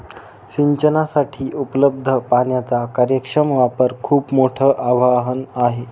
सिंचनासाठी उपलब्ध पाण्याचा कार्यक्षम वापर खूप मोठं आवाहन आहे